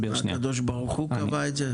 הקב"ה קבע את זה?